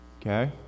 okay